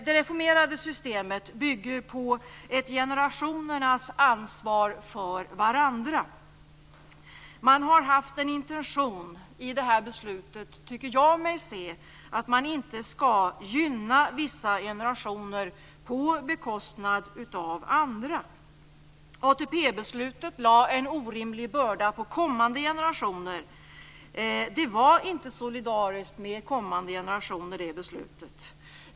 Det reformerade systemet bygger på ett generationernas ansvar för varandra. Jag tycker mig se att man i det här beslutet har haft en intention att inte gynna vissa generationer på bekostnad av andra. ATP-beslutet lade en orimlig börda på kommande generationer. Det beslutet var inte solidariskt med kommande generationer.